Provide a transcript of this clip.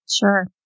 Sure